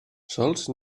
sols